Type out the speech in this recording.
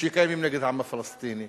שקיימים נגד העם הפלסטיני,